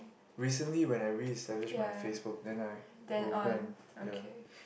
recently when I reinstalling my Facebook then I will go and ya